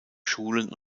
schulen